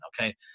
okay